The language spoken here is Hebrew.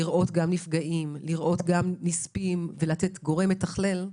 לראות נפגעים ולמנות גורם מתכלל,